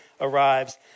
arrives